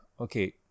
okay